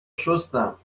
شستم